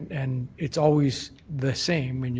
and it's always the same. and